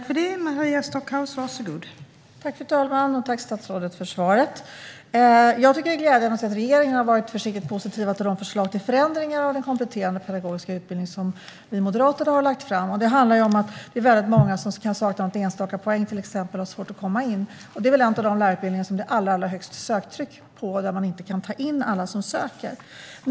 Fru talman! Tack, statsrådet, för svaret! Det är glädjande att se att regeringen har varit försiktigt positiv till de förslag till förändring av den kompletterande pedagogiska utbildningen som vi moderater har lagt fram. Det är många som kan sakna någon enstaka poäng och ha svårt att komma in. Det är en av de lärarutbildningar som det är allra högst söktryck på och där inte alla som söker tas in.